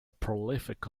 prolific